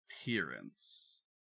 appearance